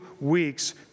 weeks